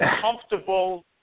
comfortable